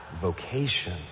vocation